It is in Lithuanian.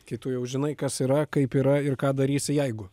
kai tu jau žinai kas yra kaip yra ir ką darysi jeigu